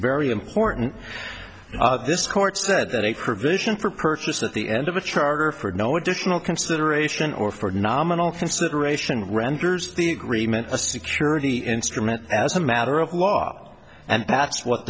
very important this court said that a provision for purchase at the end of a charter for no additional consideration or for nominal consideration renders the agreement a security instrument as a matter of law and that